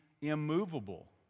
immovable